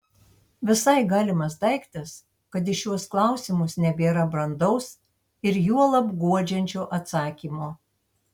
visai galimas daiktas kad į šiuos klausimus nebėra brandaus ir juolab guodžiančio atsakymo